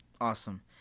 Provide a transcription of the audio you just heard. awesome